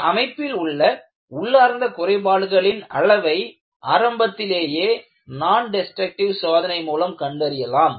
ஒரு அமைப்பில் உள்ள உள்ளார்ந்த குறைபாடுகளின் அளவை ஆரம்பத்திலேயே நான் டெஸ்ட்ரக்ட்டிவ் சோதனை மூலம் கண்டறியலாம்